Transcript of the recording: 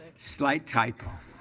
slight typo.